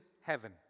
heaven